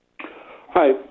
Hi